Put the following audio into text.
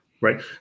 right